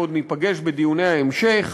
ועוד ניפגש בדיוני ההמשך